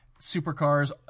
supercars